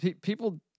people